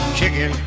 chicken